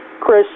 Chris